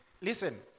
Listen